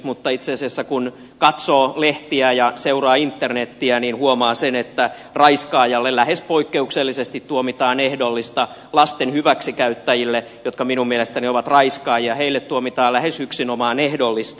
mutta itse asiassa kun katsoo lehtiä ja seuraa internetiä niin huomaa sen että raiskaajalle lähes poikkeuksellisesti tuomitaan ehdollista lasten hyväksikäyttäjille jotka minun mielestäni ovat raiskaajia tuomitaan lähes yksinomaan ehdollista